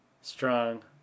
strong